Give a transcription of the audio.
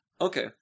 Okay